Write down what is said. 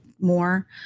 more